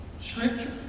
Scripture